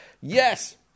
Yes